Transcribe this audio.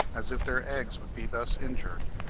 as if their eggs would be thus injured,